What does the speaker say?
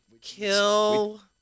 Kill